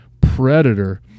predator